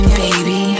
baby